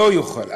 לא יוכל.